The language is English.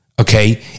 okay